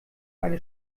eine